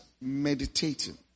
meditating